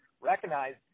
recognized